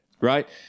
Right